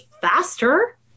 faster